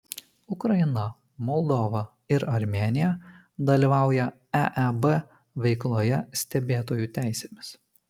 ukraina moldova ir armėnija dalyvauja eeb veikloje stebėtojų teisėmis